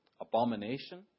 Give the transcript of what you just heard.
abomination